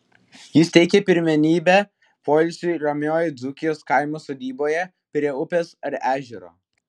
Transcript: jis teikia pirmenybę poilsiui ramioje dzūkijos kaimo sodyboje prie upės ar ežero